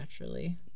naturally